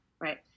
Right